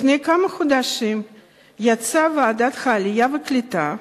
לפני כמה חודשים יצאה ועדת העלייה והקליטה